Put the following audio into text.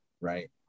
Right